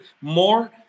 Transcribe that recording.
more